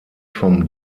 vom